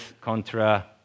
contra